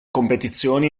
competizioni